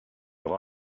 aura